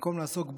במקום לעסוק בו,